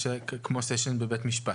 אורי צוק בר,